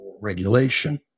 regulation